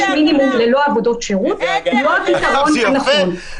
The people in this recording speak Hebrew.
מינימום ללא עבודות שירות הוא לא הפתרון הנכון.